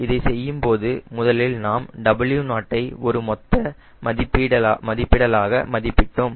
இதைச் செய்யும்போது முதலில் நாம் W0 ஐ ஒரு மொத்த மதிப்பிடலாக மதிப்பிட்டோம்